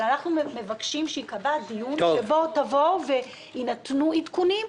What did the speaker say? אנחנו מבקשים שייקבע דיון שבו תבואו ויינתנו עדכונים,